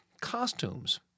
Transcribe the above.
costumes